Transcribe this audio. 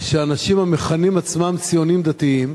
שאנשים המכנים את עצמם "ציונים דתיים",